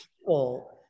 people